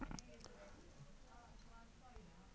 बहुत लोगेर संग धोखेबाजीर बा द श्योरटी बोंडक लागू करे दी छेक